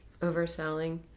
overselling